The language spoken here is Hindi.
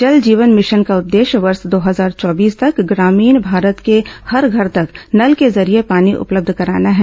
जल जीवन भिशन का उद्देश्य वर्ष दो हजार चौबीस तक ग्रामीण भारत के हर घर तक नल के जरिए पानी उपलब्ध कराना है